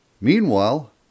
Meanwhile